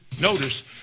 Notice